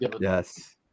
yes